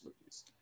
movies